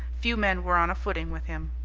few men were on a footing with him.